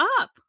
up